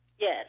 Yes